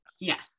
Yes